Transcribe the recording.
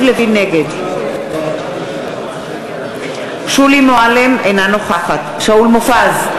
נגד שולי מועלם-רפאלי,